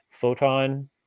Photon